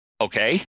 Okay